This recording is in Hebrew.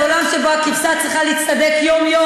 זה עולם שבו הכבשה צריכה להצטדק יום-יום